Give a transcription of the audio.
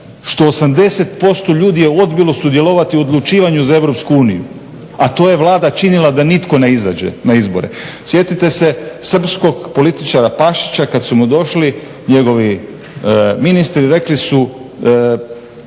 što 80% ljudi je odbilo sudjelovati u odlučivanju za EU, a to je Vlada činila da nitko ne izađe na izbore. Sjetite se srpskog političara Pašića kad su mu došli njegovi ministri, rekli su